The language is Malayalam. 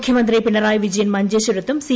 മുഖ്യമന്ത്രി പിണറായി വിജയൻ മഞ്ചേശ്വരത്തും സി